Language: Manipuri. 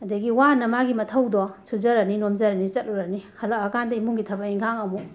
ꯑꯗꯒꯤ ꯋꯥꯅ ꯃꯥꯒꯤ ꯃꯊꯧꯗꯣ ꯁꯨꯖꯔꯅꯤ ꯅꯣꯝꯖꯔꯅꯤ ꯆꯠꯂꯨꯔꯅꯤ ꯍꯜꯂꯛꯑꯀꯥꯟꯗ ꯏꯃꯨꯡꯒꯤ ꯊꯕꯛ ꯏꯟꯈꯥꯡ ꯑꯃꯨꯛ